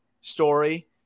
story